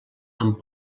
amb